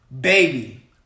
Baby